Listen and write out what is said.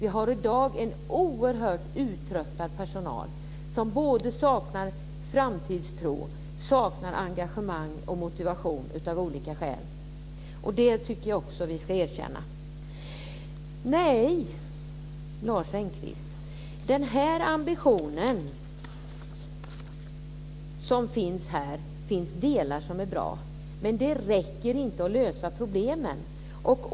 Vi har alltså i dag en oerhört uttröttad personal som saknar framtidstro, engagemang och motivation; detta av olika skäl. Det tycker jag också att vi ska erkänna. Nej, Lars Engqvist, i ambitionen här finns det delar som är bra men det räcker inte för att lösa problemen.